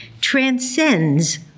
transcends